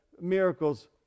miracles